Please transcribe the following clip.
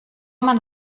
man